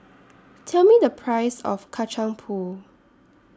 Tell Me The Price of Kacang Pool